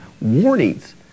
Warnings